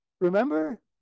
Remember